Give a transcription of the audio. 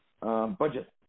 Budget